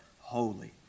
Holy